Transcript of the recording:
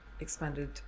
expanded